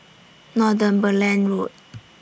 Northumberland Road